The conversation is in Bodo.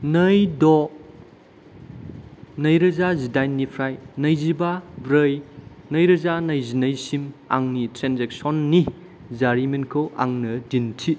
नै द' नैरोजा जिदाइननिफ्राय नैजिबा ब्रै नैरोजा नैजिनैसिम आंनि ट्रेन्जेकसननि जारिमिनखौ आंनो दिन्थि